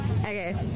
Okay